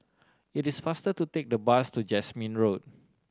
it is faster to take the bus to Jasmine Road